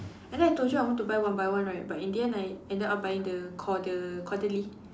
and then I told you I want to buy one by one right but in the end I ended up buying the Cauda~ Caudalie